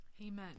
amen